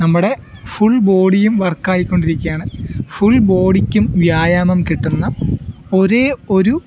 നമ്മുടെ ഫുൾ ബോഡിയും വർക്കായിക്കൊണ്ടിരിക്കുകയാണ് ഫുൾ ബോഡിക്കും വ്യായാമം കിട്ടുന്ന ഒരേ ഒരു